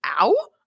ow